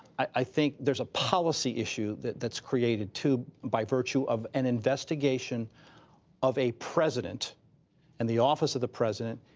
i think there's a policy issue that that's created too, by virtue of an investigation of a president and the office of the president,